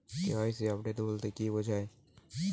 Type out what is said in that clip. KYC update বলতে কি বোঝায়?